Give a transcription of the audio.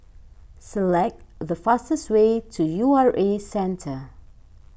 select the fastest way to U R A Centre